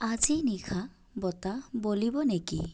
আজি নিশা বতাহ বলিব নেকি